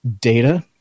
data